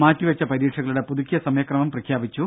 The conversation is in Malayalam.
മാറ്റിവെച്ച പരീക്ഷകളുടെ പുതുക്കിയ സമയക്രമം പ്രഖ്യാപിച്ചു